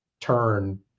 turn